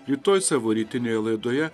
rytoj savo rytinėje laidoje